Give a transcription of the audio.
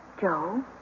Joe